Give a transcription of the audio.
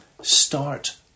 Start